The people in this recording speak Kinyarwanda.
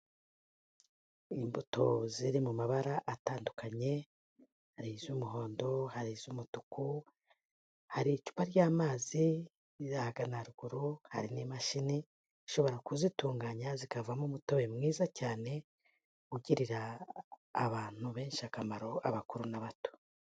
Imbuto ziri mu mabara atandukanye hari iz'umuhondo, hari iz'umutuku, hari icupa ry'amazi riri ahagana haruguru, hari n'imashini ishobora kuzitunganya zikavamo umutobe mwiza cyane ugirira abantu benshi akamaro abakuru n'abato.